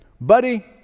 Buddy